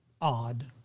odd